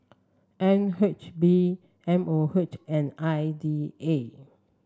N H B M O H and I D A